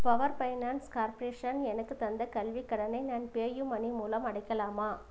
power finance corporation எனக்குத் தந்த கல்விக் கடனை நான் பேயூ மணி மூலம் அடைக்கலாமா